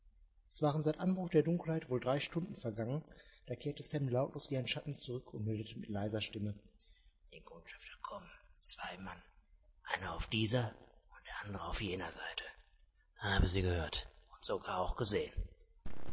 es waren seit anbruch der dunkelheit wohl drei stunden vergangen da kehrte sam lautlos wie ein schatten zurück und meldete mit leiser stimme die kundschafter kommen zwei mann einer auf dieser und der andere auf jener seite habe sie gehört und sogar auch gesehen